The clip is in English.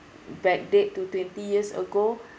backdate to twenty years ago